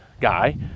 guy